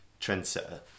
Trendsetter